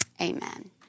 amen